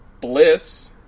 Bliss